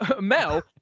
Mel